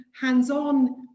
hands-on